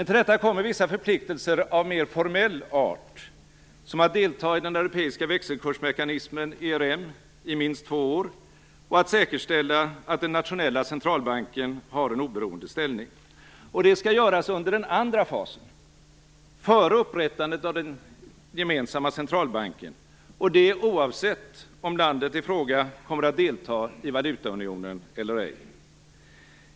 Till detta kommer vissa förpliktelser av mer formell art som att delta i den europeiska växelkursmekanismen, ERM, i minst två år och att säkerställa att den nationella centralbanken har en oberoende ställning. Detta skall göras under den andra fasen - före upprättandet av den gemensamma centralbanken - och det oavsett om landet i fråga kommer att delta i valutaunionen eller ej.